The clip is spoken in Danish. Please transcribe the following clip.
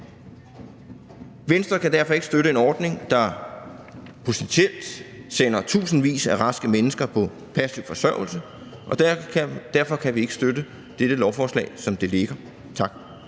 Venstre kan derfor ikke støtte en ordning, der potentielt sender tusindvis af raske mennesker på passiv forsørgelse, og derfor kan vi ikke støtte dette lovforslag, som det ligger. Tak.